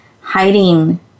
hiding